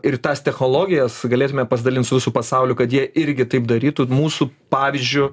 ir tas technologijas galėtume pasidalint su visu pasauliu kad jie irgi taip darytų mūsų pavyzdžiu